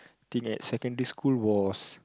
teenage secondary school was